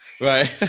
Right